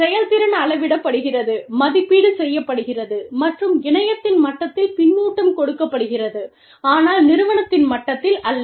செயல்திறன் அளவிடப்படுகிறது மதிப்பீடு செய்யப்படுகிறது மற்றும் இணையத்தின் மட்டத்தில் பின்னூட்டம் கொடுக்கப்படுகிறது ஆனால் நிறுவனத்தின் மட்டத்தில் அல்ல